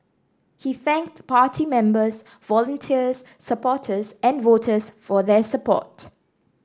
he thanked party members volunteers supporters and voters for their support